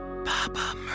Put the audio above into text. Papa